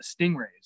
stingrays